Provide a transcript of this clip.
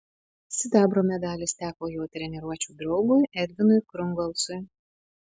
sidabro medalis teko jo treniruočių draugui edvinui krungolcui